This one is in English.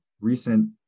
recent